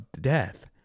death